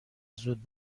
زود